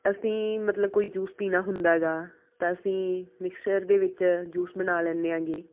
ਅਸੀਂ ਮਤਲਬ ਕੋਈ ਜੂਸ ਪੀਣਾ ਹੁੰਦਾ ਹੈਗਾ ਤਾਂ ਅਸੀਂ ਮਿਕਸਚਰ ਦੇ ਵਿੱਚ ਜੂਸ ਬਣਾ ਲੈਦੇ ਆਂਗੇ